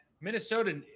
Minnesota